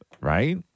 right